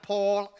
Paul